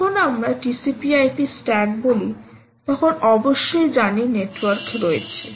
যখন আমরা TCP IP stack বলি তখন অবশ্যই জানি নেটওয়ার্ক রয়েছে